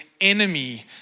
enemy